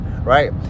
right